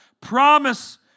promise